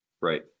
Right